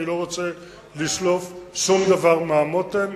אני לא רוצה לשלוף שום דבר מהמותן,